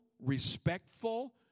respectful